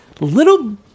little